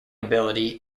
ability